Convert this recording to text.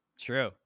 True